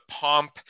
pomp